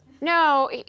No